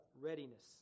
readiness